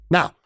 Now